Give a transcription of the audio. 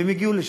והם הגיעו לשם.